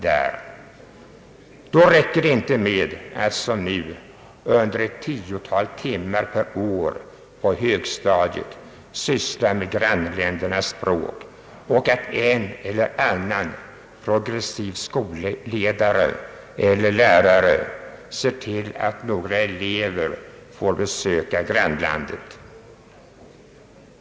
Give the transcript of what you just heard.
Då räcker det inte med att som nu under ett tiotal timmar per år på högstadiet syssla med grannländernas språk och att en eller annan progressiv skolledare eller lärare ser till att några elever får besöka ett grannland.